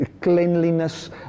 Cleanliness